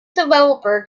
developer